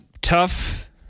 tough